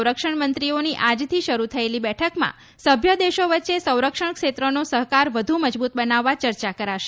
ના સંરક્ષણ મંત્રીઓની આજથી શરૂ થયેલી બેઠકમાં સભ્ય દેશો વચ્ચે સંરક્ષણ ક્ષેત્રનો સહકાર વધુ મજબૂત બનાવવા ચર્ચા કરાશે